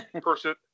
person